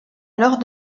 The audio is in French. alors